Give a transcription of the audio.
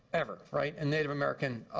ever. right? and native american